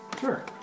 Sure